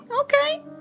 okay